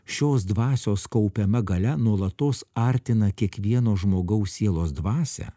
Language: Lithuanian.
šios dvasios kaupiama galia nuolatos artina kiekvieno žmogaus sielos dvasią